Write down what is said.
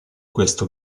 questo